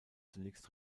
zunächst